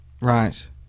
right